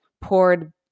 poured